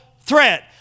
threat